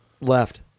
left